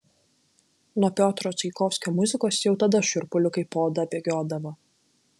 nuo piotro čaikovskio muzikos jau tada šiurpuliukai po oda bėgiodavo